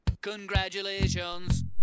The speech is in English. Congratulations